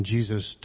Jesus